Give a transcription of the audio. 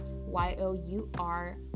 Y-O-U-R